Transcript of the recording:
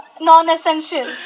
non-essential